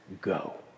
go